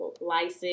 license